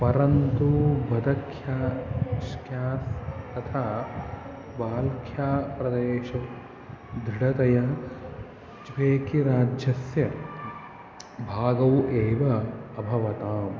परन्तु बदख्याश् ख्या तथा बाल्खाप्रदेशे दृढतया उज्बेकीराज्यस्य भागौ एव अभवताम्